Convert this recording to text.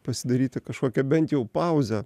pasidaryti kažkokią bent jau pauzę